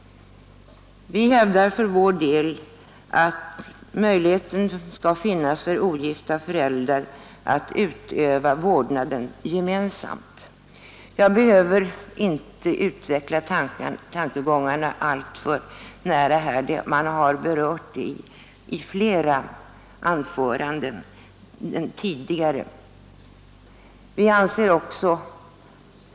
Vi hävdar för vår del att möjlighet skall finnas för ogifta föräldrar att utöva vårdnaden gemensamt. Jag behöver inte utveckla tankegångarna alltför utförligt — saken har berörts i flera tidigare anföranden.